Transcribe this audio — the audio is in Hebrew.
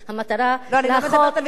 אני לא מדברת על ויכוח ציבורי.